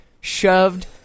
shoved